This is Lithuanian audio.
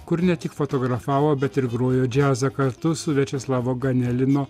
kur ne tik fotografavo bet ir grojo džiazą kartu su viačeslavo ganelino